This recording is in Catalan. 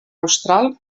austral